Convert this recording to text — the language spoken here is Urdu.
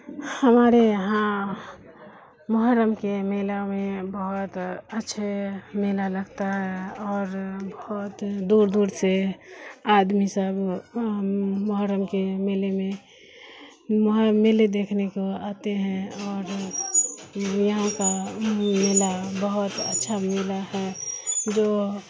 ہمارے یہاں محرم کے میلہ میں بہت اچھے میلہ لگتا ہے اور بہت دور دور سے آدمی سب محرم کے میلے میں میلے دیکھنے کو آتے ہیں اور یہاں کا میلا بہت اچھا میلا ہے جو